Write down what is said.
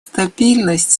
стабильность